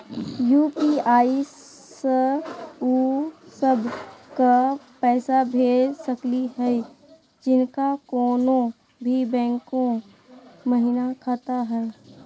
UPI स उ सब क पैसा भेज सकली हई जिनका कोनो भी बैंको महिना खाता हई?